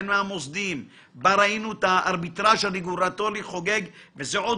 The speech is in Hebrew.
הן מהמוסדיים שבהם ראינו את הארביטרא'ז הרגולטורי חוגג - זה עוד